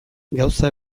gauza